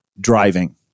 Driving